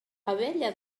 abella